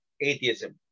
atheism